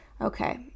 okay